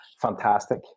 fantastic